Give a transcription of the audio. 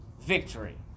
victory